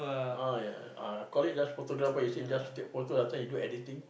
ah ya ah I call it just photographer he say just take photo last time he do editing